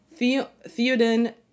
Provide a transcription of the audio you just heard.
Theoden